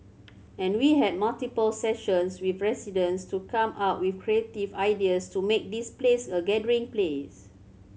and we had multiple sessions with residents to come up with creative ideas to make this place a gathering place